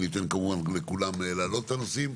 ואני אאפשר כמובן לכולם להעלות את הנושאים,